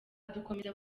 dukomeze